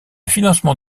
financement